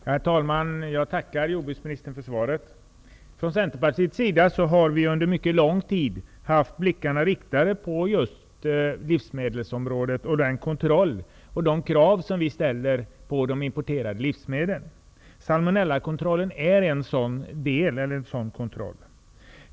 Herr talman! Jag tackar jordbruksministern för svaret. Vi i Centerpartiet har under mycket lång tid haft blickarna riktade på just livsmedelsområdet och kontrollen av de importerade livsmedlen samt de krav vi ställer på dessa. Salmonellakontrollen är en sådan kontroll.